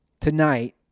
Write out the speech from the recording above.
Tonight